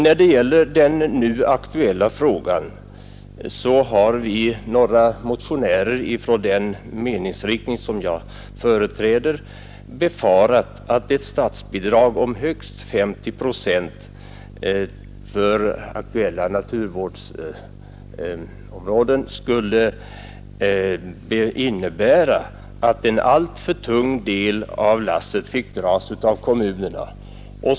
När det gäller den nu aktuella frågan har vi, några motionärer ifrån den meningsriktning som jag företräder, befarat att ett statsbidrag om högst 50 procent för aktuella naturvårdsområden skulle innebära att en alltför tung del av lasset fick dras av kommunerna.